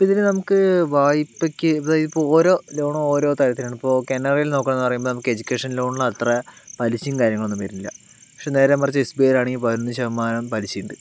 ഇപ്പോൾ ഇതില് നമുക്ക് വായ്പക്ക് ഇതാ ഇപ്പോൾ ഓരോ ലോണും ഓരോ ഇതായിട്ടാണ് ഇപ്പോൾ കാനറയിൽ നോക്കുകയാണെന്നു പറയുമ്പോൾ നമുക്ക് എജുക്കേഷൻ ലോണിന് അത്ര പലിശയും കാര്യങ്ങളൊന്നും വരില്ല പക്ഷേ നേരെമറിച്ച് എസ് ബി ഐയിൽ ആണെങ്കിൽ പതിനഞ്ച് ശതമാനം പലിശയുണ്ട്